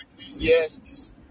Ecclesiastes